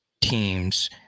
teams